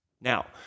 Now